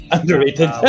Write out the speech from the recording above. Underrated